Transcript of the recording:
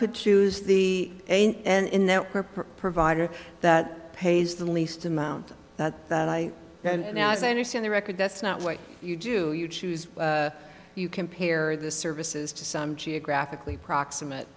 could choose the and in their provider that pays the least amount that i and as i understand the record that's not what you do you choose you compare the services to some geographically proximate